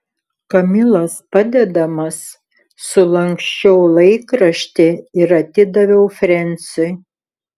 kamilos padedamas sulanksčiau laikraštį ir atidaviau frensiui